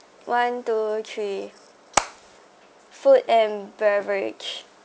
one two three food and beverage